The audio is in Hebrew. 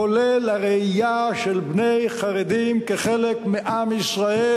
כולל הראייה של בני חרדים כחלק מעם ישראל,